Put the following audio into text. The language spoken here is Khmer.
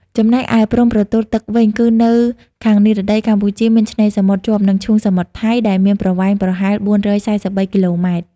ចំណែកឯព្រំប្រទល់ទឹកវិញ គឺនៅខាងនិរតី កម្ពុជាមានឆ្នេរសមុទ្រជាប់នឹងឈូងសមុទ្រថៃ ដែលមានប្រវែងប្រហែល ៤៤៣ គីឡូម៉ែត្រ។